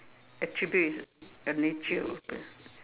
attribute is a nature of a person